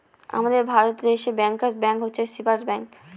আমাদের ভারত দেশে bankers bank হচ্ছে রিসার্ভ ব্যাঙ্ক